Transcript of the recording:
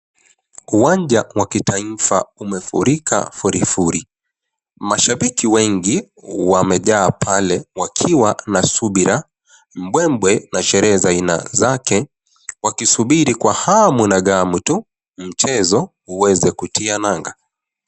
Uwanja wa kitaifa umefurika furi furi. Mashabiki wengi wamejaa pale wakiwa na subira, mbwembwe na sherehe za aina zake. Wakisubiri na hamu na ghamu tu mchezo uweze kutia nanga.